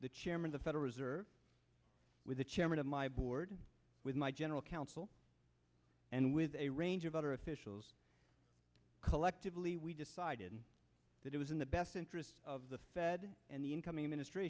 the chairman the federal reserve with the chairman of my board with my general counsel and with a range of other officials collectively we decided that it was in the best interest of the fed and the incoming administr